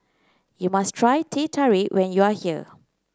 you must try Teh Tarik when you are here